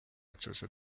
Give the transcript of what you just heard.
otsuse